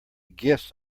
gifts